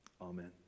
Amen